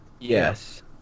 Yes